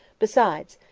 besides,